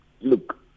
Look